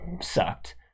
sucked